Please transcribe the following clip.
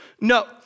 No